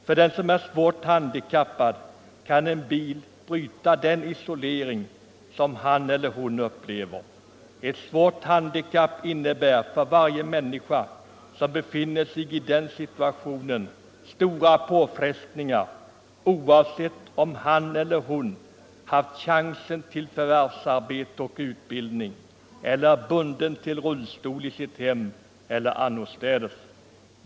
För den som är svårt handikappad kan en bil bryta den isolering som han eller hon upplever. Ett svårt handikapp innebär för varje människa som befinner sig i den situationen stora påfrestningar, oavsett om han eller hon haft chansen till förvärvsarbete och utbildning eller är bunden till rullstol i sitt hem eller annorstädes.